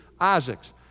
Isaacs